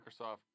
Microsoft